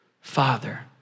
Father